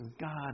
God